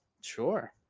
Sure